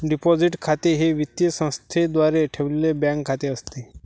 deposit खाते हे वित्तीय संस्थेद्वारे ठेवलेले बँक खाते असते